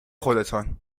خودتان